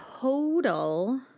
total